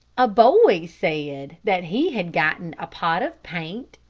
a boy said that he had gotten a pot of paint,